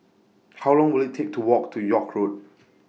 How Long Will IT Take to Walk to York Road